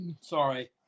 Sorry